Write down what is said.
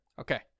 Okay